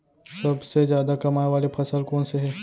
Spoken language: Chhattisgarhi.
सबसे जादा कमाए वाले फसल कोन से हे?